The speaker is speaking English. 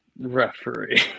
Referee